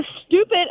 stupid